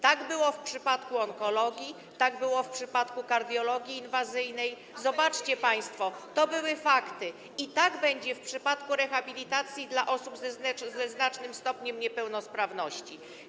Tak było w przypadku onkologii, tak było w przypadku kardiologii inwazyjnej - zobaczcie państwo, takie były fakty - i tak będzie w przypadku rehabilitacji osób ze znacznym stopniem niepełnosprawności.